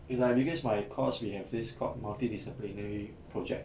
it's like because my course we have this called multi disciplinary project